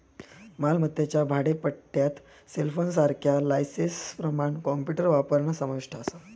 मालमत्तेच्या भाडेपट्ट्यात सेलफोनसारख्या लायसेंसप्रमाण कॉम्प्युटर वापरणा समाविष्ट असा